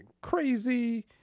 crazy